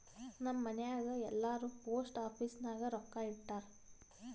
ನಮ್ ಮನ್ಯಾಗ್ ಎಲ್ಲಾರೂ ಪೋಸ್ಟ್ ಆಫೀಸ್ ನಾಗ್ ರೊಕ್ಕಾ ಇಟ್ಟಾರ್